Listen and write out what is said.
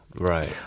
right